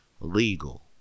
Legal